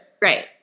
Great